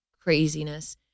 craziness